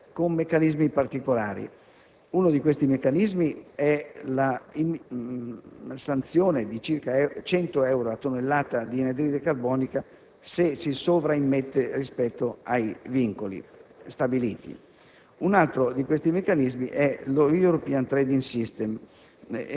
utilizzato in ambito europeo con meccanismi particolari. Uno di questi meccanismi è la sanzione di circa 100 euro a tonnellata di anidride carbonica per eventuali esuberi rispetto ai limiti